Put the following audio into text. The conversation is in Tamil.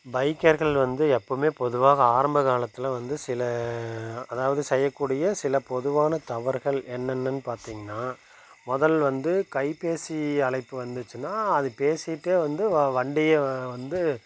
பைக்கர்கள் வந்து எப்போவும் பொதுவாக ஆரம்பக் காலத்தில் வந்து சில அதாவது செய்யக்கூடிய சில பொதுவான தவறுகள் என்னென்னு பார்த்தீங்கன்னா முதல் வந்து கைப்பேசி அழைப்பு வந்துச்சுன்னா அது பேசிகிட்டே வந்து வண்டியை வந்து